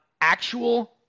actual